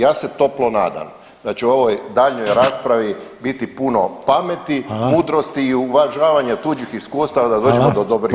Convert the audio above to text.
Ja se toplo nadam da će u ovoj daljnjoj raspravi biti puno pameti [[Upadica: Hvala.]] mudrosti i uvažavanja tuđih iskustava da dođemo do dobrih